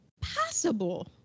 possible